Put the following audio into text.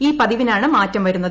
ഈ പതിവിനാണ് മാറ്റം വരുന്നത്